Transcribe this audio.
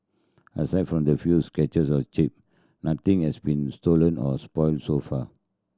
aside from the few scratches and chip nothing has been stolen or spoilt so far